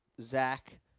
Zach